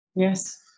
Yes